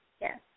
Yes